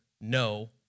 no